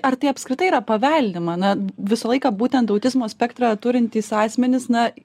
ar tai apskritai yra paveldima na visą laiką būtent autizmo spektrą turintys asmenys na